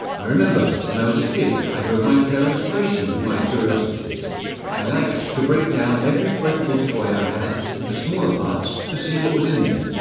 i remember when i was a kid i drove my parents crazy with my curiosity i liked to break down every breakable toy i had into smaller parts to see what was in there,